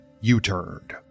U-turned